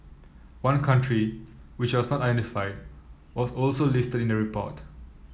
one country which was not identified was also listed in the report